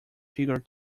figure